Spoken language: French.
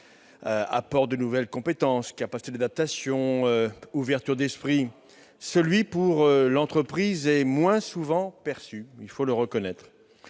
apport de nouvelles compétences, capacité d'adaptation, ouverture d'esprit -, celui pour l'entreprise est moins souvent perçu, il faut le reconnaître.